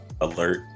alert